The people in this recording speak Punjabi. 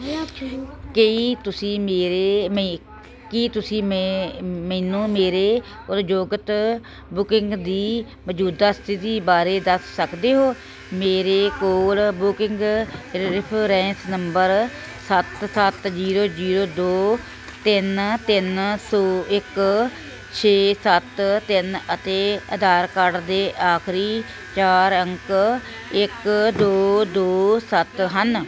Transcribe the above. ਕਈ ਤੁਸੀਂ ਮੇਰੇ ਕੀ ਤੁਸੀਂ ਮ ਮੈਨੂੰ ਮੇਰੇ ਉਦਯੋਗਿਕ ਬੁੱਕਿੰਗ ਦੀ ਮੌਜੂਦਾ ਸਥਿਤੀ ਬਾਰੇ ਦੱਸ ਸਕਦੇ ਹੋ ਮੇਰੇ ਕੋਲ ਬੁੱਕਿੰਗ ਰਿਫਰੈਂਸ ਨੰਬਰ ਸੱਤ ਸੱਤ ਜ਼ੀਰੋ ਜ਼ੀਰੋ ਦੋ ਤਿੰਨ ਤਿੰਨ ਸੌ ਇੱਕ ਛੇ ਸੱਤ ਤਿੰਨ ਅਤੇ ਆਧਾਰ ਕਾਰਡ ਦੇ ਆਖਰੀ ਚਾਰ ਅੰਕ ਇੱਕ ਦੋ ਦੋ ਸੱਤ ਹਨ